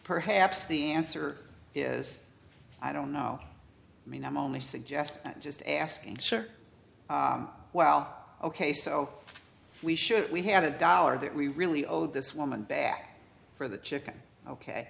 perhaps the answer is i don't know i mean i'm only suggesting just asking sure well ok so we should we had a dollar that we really owed this woman back for the chicken ok